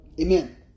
Amen